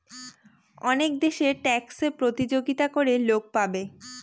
অনেক দেশে ট্যাক্সে প্রতিযোগিতা করে লোক পাবে